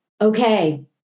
okay